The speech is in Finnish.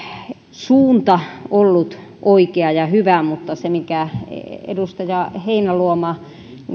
suunta ollut oikea ja hyvä mutta sitä minkä edustaja heinäluoma